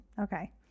okay